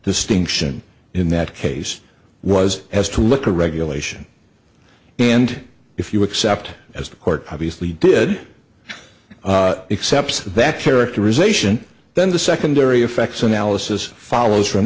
distinction in that case was has to look a regulation and if you accept as the court obviously did except that characterization then the secondary effects analysis follows from